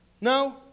No